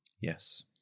Yes